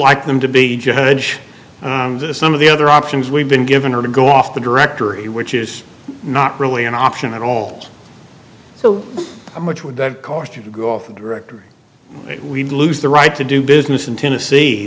like them to be judge some of the other options we've been even or to go off the directory which is not really an option at all so how much would that cost you to go off the directory we'd lose the right to do business in tennessee